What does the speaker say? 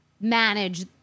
manage